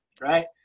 right